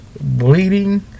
bleeding